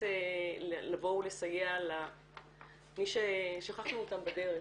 לבוא ולסייע למי ששכחנו אותם בדרך.